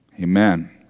Amen